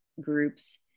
groups